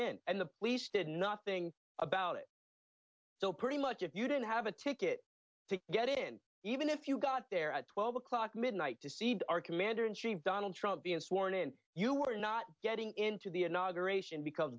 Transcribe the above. in and the police did nothing about it so pretty much if you didn't have a ticket to get in even if you got there at twelve o'clock midnight to see our commander in chief donald trump being sworn in you were not getting into the